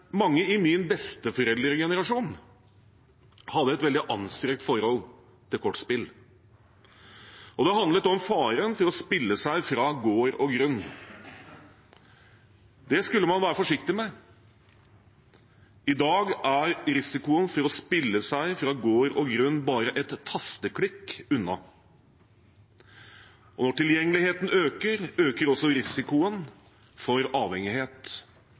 mange i min besteforeldregenerasjon hadde et veldig anstrengt forhold til kortspill, og det handlet om faren for å spille seg fra gård og grunn. Det skulle man være forsiktig med. I dag er risikoen for å spille seg fra gård og grunn bare et tasteklikk unna. Når tilgjengeligheten øker, øker også risikoen for avhengighet.